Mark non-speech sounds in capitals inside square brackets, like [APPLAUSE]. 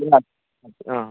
[UNINTELLIGIBLE] okay ആ